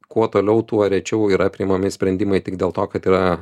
kuo toliau tuo rečiau yra priimami sprendimai tik dėl to kad yra